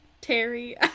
Terry